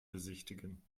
besichtigen